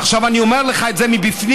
ועכשיו אני אומר לך את זה מבפנים,